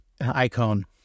icon